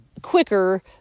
quicker